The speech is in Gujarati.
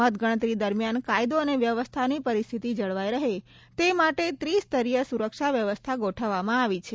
મતગણતરી દરમ્યાન કાયદો અને વ્યવસ્થાની પરિસ્થિતિ જળવાઇ રહે તે માટે ત્રિસ્તરીય સુરક્ષા વ્યવસ્થા ગોઠવવામાં આવી છે